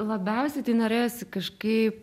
labiausiai norėjosi kažkaip